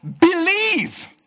believe